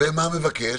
ומה מבקש?